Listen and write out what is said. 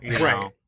right